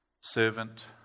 Servant